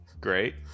Great